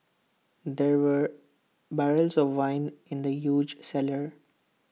there were barrels of wine in the huge cellar